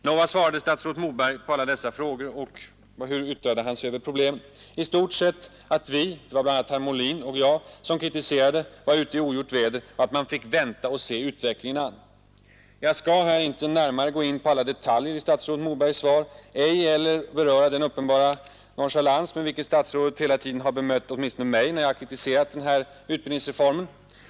Nå, vad svarade statsrådet Moberg på alla dessa frågor och hur yttrade han sig över problemen? I stort sett att vi — det var bl.a. herr Molin och jag — som kritiserade var ute i ogjort väder och att man fick vänta och se utvecklingen an. Jag skall här inte närmare gå in på alla detaljer i statsrådet Mobergs svar, ej heller beröra den uppenbara nonchalans med vilken statsrådet hela tiden har bemött åtminstone mig när jag har kritiserat den här utbildningsreformen.